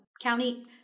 county